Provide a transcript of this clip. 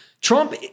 Trump